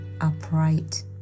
upright